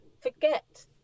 forget